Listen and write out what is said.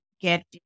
get